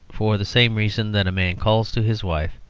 for the same reason that a man calls to his wife,